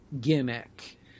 gimmick